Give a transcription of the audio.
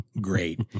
Great